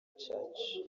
church